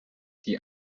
die